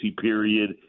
period